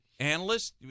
Analysts